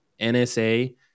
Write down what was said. NSA